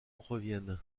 reviennent